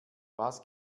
was